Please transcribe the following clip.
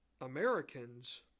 Americans